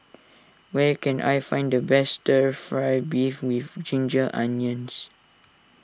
where can I find the best Stir Fry Beef with Ginger Onions